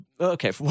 okay